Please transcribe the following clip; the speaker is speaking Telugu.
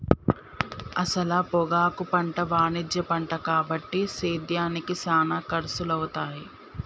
అసల పొగాకు పంట వాణిజ్య పంట కాబట్టి సేద్యానికి సానా ఖర్సులవుతాయి